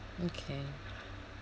okay